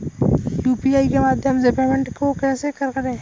UPI के माध्यम से पेमेंट को कैसे करें?